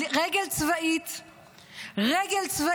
רגל צבאית חזקה,